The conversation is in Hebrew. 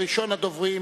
ראשון הדוברים,